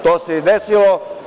To se i desilo.